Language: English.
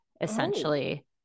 essentially